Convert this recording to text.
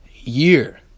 year